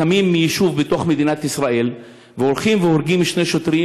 קמים מיישוב בתוך מדינת ישראל והולכים והורגים שני שוטרים,